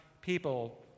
people